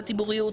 על הציבוריות,